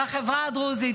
בחברה הדרוזית,